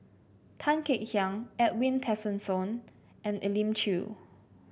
Tan Kek Hiang Edwin Tessensohn and Elim Chew